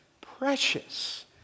precious